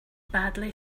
badly